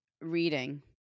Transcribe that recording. reading